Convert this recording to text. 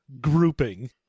grouping